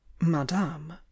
madame